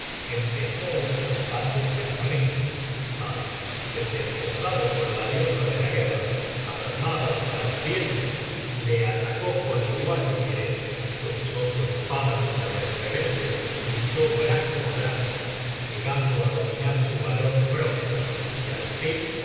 empezó un combate terrible mas el desposado con la diosa de la guerra armado hasta los dientes le atacó con igual fiereza cruzó su espada con la del rebelde y luchó brazo á brazo llegando á dominar su valor pródigo y al fin